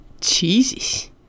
Jesus